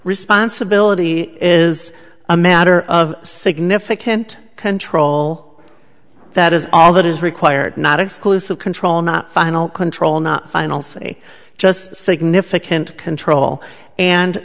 responsibility is a matter of significant control that is all that is required not exclusive control not final control not final three just significant control and